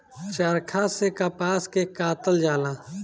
चरखा से कपास के कातल जाला